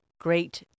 great